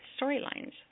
Storylines